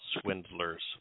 swindlers